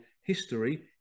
history